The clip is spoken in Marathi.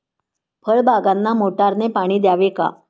फळबागांना मोटारने पाणी द्यावे का?